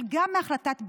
אבל גם מהחלטת בג"ץ.